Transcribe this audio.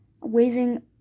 waving